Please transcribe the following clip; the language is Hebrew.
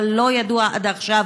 אבל לא ידוע עד עכשיו